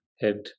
head